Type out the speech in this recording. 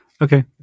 Okay